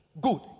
Good